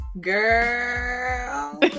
Girl